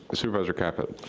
supervisor caput?